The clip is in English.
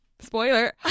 Spoiler